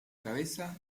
cabeza